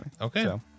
Okay